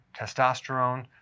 testosterone